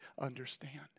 understand